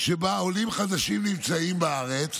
שבה עולים חדשים נמצאים בארץ